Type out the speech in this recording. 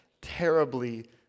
terribly